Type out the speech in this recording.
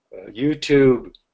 YouTube